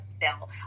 bill